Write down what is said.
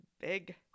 big